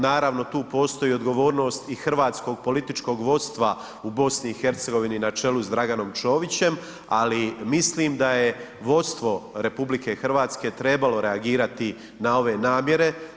Naravno, tu postoji odgovornost i hrvatskog političkog vodstva u BiH na čelu s Draganom Čovićem, ali mislim da je vodstvo RH trebalo reagirati na ove namjere.